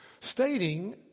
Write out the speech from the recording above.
stating